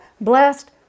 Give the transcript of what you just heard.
blessed